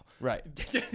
Right